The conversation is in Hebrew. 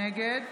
נגד